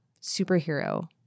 superhero